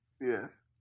Yes